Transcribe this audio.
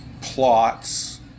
plots